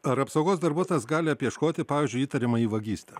ar apsaugos darbuotojas gali apieškoti pavyzdžiui įtariamąjį vagyste